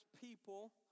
people